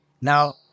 Now